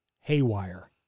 haywire